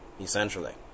essentially